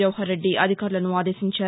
జవహర్రెడ్డి అధికారులను ఆదేశించారు